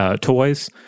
toys